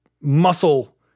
muscle